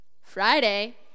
Friday